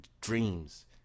dreams